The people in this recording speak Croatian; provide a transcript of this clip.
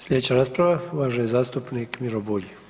Slijedeća rasprava, uvaženi zastupnik Miro Bulj.